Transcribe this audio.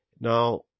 Now